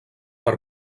per